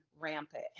rampant